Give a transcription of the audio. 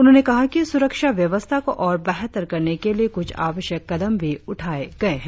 उन्होने कहा कि सुरक्षा व्यवस्था को और बेहतर करने के लिए कुछ आवश्यक कदम भी उठाए गए है